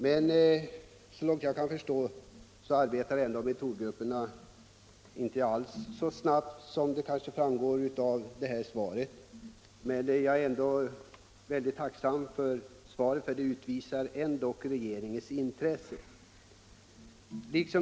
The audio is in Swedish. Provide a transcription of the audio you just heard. Men så långt jag kan förstå arbetar ändå metodgrupperna inte alls så snabbt som det kan förefalla av det här svaret. Jag är ändå tacksam för svaret, eftersom det utvisar regeringens intresse.